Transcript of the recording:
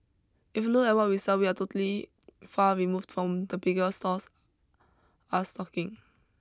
if you look at what we sell we are totally far removed from the bigger stores are stocking